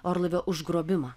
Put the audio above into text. orlaivio užgrobimą